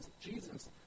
Jesus